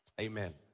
Amen